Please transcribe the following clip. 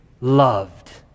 loved